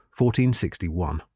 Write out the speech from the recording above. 1461